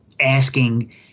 asking